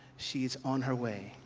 she is on her way.